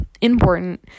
important